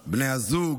בני הזוג,